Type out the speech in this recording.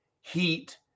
heat